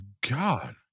God